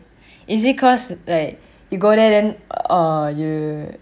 is it cause like you go there then err you